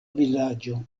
vilaĝo